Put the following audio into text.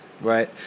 Right